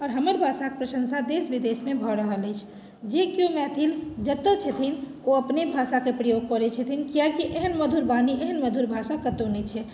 आओर हमर भाषाक प्रशंसा देश विदेशमे भऽ रहल अछि जे कियो मैथिल जतय छथिन ओ अपने भाषाके प्रयोग करैत छथिन कियाकी एहन मधुर वाणी एहन मधुर भाषा कतहु नहि छै